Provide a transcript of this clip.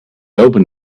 open